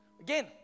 Again